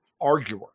arguer